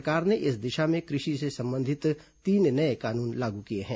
सरकार ने इस दिशा में कृषि से संबंधित तीन नए कानून लागू किए हैं